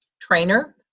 trainer